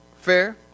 fair